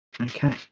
Okay